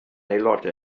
aelodau